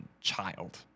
child